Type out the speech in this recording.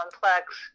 complex